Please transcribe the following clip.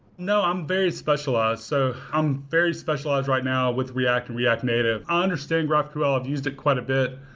no, i'm very specialized. so i'm very specialized right now with react and react native. i understand graphql. i've used it quite a bit,